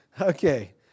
okay